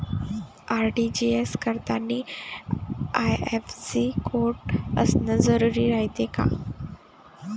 RTGS करतांनी IFSC code असन जरुरी रायते का?